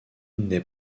n’est